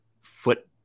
foot